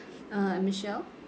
uh michelle